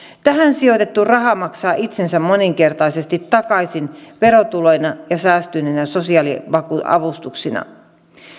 tähän sijoitettu raha maksaa itsensä moninkertaisesti takaisin verotuloina ja säästyneinä sosiaaliavustuksina